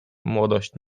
młodość